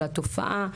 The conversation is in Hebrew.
על התופעה.